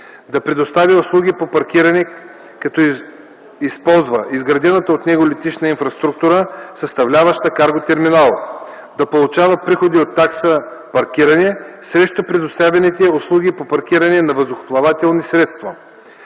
да предоставя услуги по паркиране, като използва изградената от него летищна инфраструктура, съставляваща карго терминал; да получава приходи от такса „паркиране” срещу предоставените услуги по паркиране на въздухоплавателни средства;